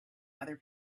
other